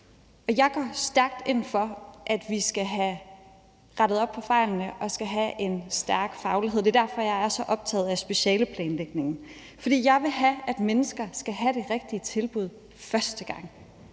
Jeg går stærkt ind for, at vi skal have rettet op på fejlene og skal have en stærk faglighed. Det er derfor, jeg er så optaget af specialeplanlægningen. For jeg vil have, at mennesker skal have de rigtige tilbud første gang.